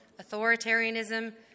authoritarianism